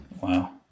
Wow